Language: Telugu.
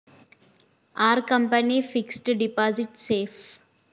Are company fixed deposit safe?